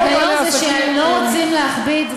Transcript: ההיגיון זה שהם לא רוצים להכביד,